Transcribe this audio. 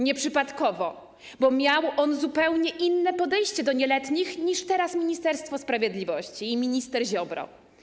Nieprzypadkowo, bo miał on zupełnie inne podejście do nieletnich, niż teraz ma Ministerstwo Sprawiedliwości i minister Ziobro.